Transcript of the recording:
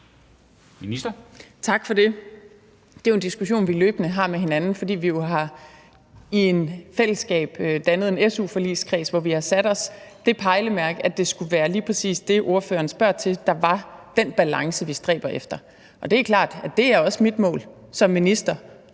Tak for det. Det er jo en diskussion, vi løbende har med hinanden, fordi vi i fællesskab har dannet en su-forligskreds, hvor vi har sat os det pejlemærke, at det skulle være lige præcis det, ordføreren spørger til, der er den balance, vi stræber efter. Det er klart, at det også er mit mål som minister